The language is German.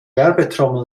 werbetrommel